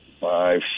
five